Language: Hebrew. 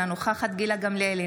אינה נוכחת גילה גמליאל,